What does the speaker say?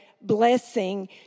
blessing